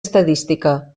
estadística